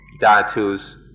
datus